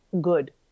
good